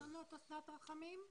בוקר טוב לכולם,